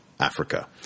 Africa